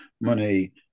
money